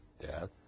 death